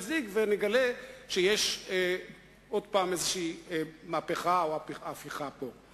זיג ונגלה שיש עוד פעם איזו מהפכה או הפיכה פה.